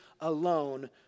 alone